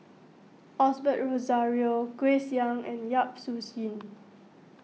Osbert Rozario Grace Young and Yap Su Yin